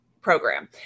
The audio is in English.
program